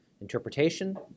Interpretation